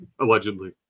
allegedly